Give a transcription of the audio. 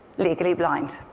legally blind.